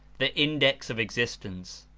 the index of existence.